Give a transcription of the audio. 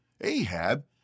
Ahab